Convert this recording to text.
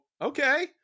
okay